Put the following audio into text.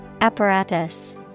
Apparatus